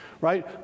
right